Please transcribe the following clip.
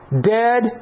dead